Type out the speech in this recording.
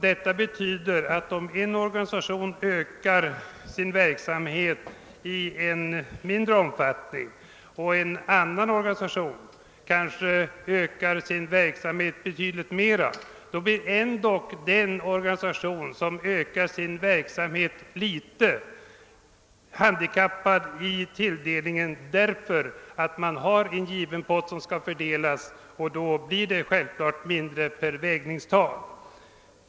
Detta betyder att om en organisation något ökar sin verksamhet och en annan ökar sin verksamhet ännu mer, så får den första organisationen ett mindre bidrag trots att den ökat sin verksamhet. Detta är en följd av att man har en given pott som skall fördelas, och ju fler vägningstal det är, desto mindre blir summan per vägningstal.